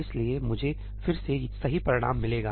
इसलिए मुझे फिर से सही परिणाम मिलेगा